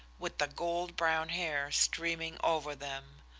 with the gold-brown hair streaming over them.